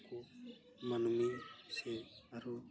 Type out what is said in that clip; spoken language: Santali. ᱠᱚ ᱢᱟᱹᱱᱢᱤ ᱥᱮ ᱟᱨᱚ